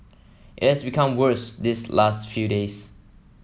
it has become worse these last few days